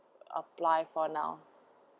apply for now